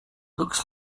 looks